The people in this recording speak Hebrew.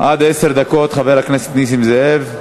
עד עשר דקות, חבר הכנסת נסים זאב.